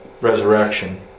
resurrection